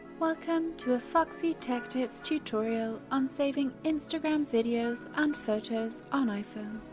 welcome to a foxy tech tips tutorial on saving instagram videos and photo's on iphone.